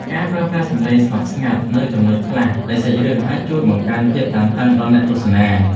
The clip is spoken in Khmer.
ការប្រើប្រាស់សំឡេងស្ងប់ស្ងាត់នៅចំណុចខ្លះនៃសាច់រឿងអាចជួយបង្កើនភាពតានតឹងដល់អ្នកទស្សនា។